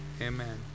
Amen